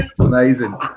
Amazing